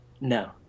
No